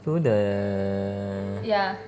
so the